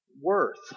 Worth